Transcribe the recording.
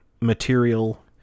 material